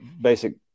basic